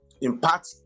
impact